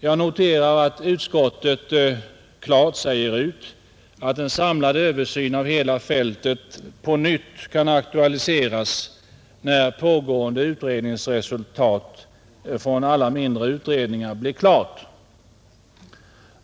Jag noterar att utskottet klart säger ut att en samlad översyn av hela fältet på nytt kan aktualiseras när resultaten från alla pågående mindre utredningar blir klara.